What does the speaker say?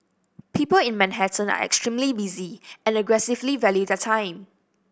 people in Manhattan are extremely busy and aggressively value their time